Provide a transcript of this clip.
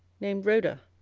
named rhoda.